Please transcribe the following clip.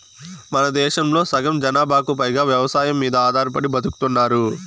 మనదేశంలో సగం జనాభాకు పైగా వ్యవసాయం మీద ఆధారపడి బతుకుతున్నారు